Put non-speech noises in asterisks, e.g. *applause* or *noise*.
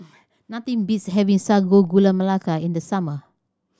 *noise* nothing beats having Sago Gula Melaka in the summer